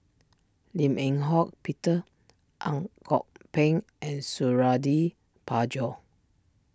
Lim Eng Hock Peter Ang Kok Peng and Suradi Parjo